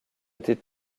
était